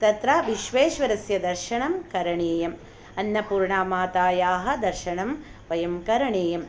तत्र विश्वेश्वरस्य दर्शनं करणीयम् अन्नपूर्णामातायाः दर्शनं वयं करणीयं